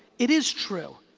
it is true